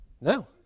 no